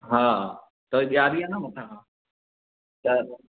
हा त ॾियारी आहे न मथां खां त